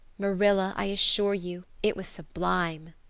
marilla, i assure you it was sublime.